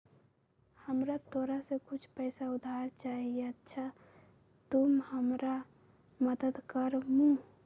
हमरा तोरा से कुछ पैसा उधार चहिए, अच्छा तूम हमरा मदद कर मूह?